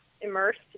immersed